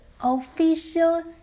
official